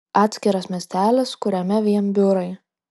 atskiras miestelis kuriame vien biurai